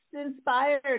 inspired